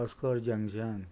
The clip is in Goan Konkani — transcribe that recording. अशकर जंग्शन